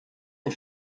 des